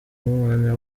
umwanya